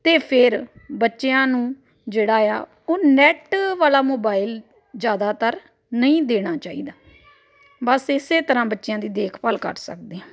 ਅਤੇ ਫਿਰ ਬੱਚਿਆਂ ਨੂੰ ਜਿਹੜਾ ਆ ਉਹ ਨੈੱਟ ਵਾਲਾ ਮੋਬਾਇਲ ਜ਼ਿਆਦਾਤਰ ਨਹੀਂ ਦੇਣਾ ਚਾਹੀਦਾ ਬਸ ਇਸ ਤਰ੍ਹਾਂ ਬੱਚਿਾਆਂ ਦੀ ਦੇਖਭਾਲ ਕਰ ਸਕਦੇ ਹਾਂ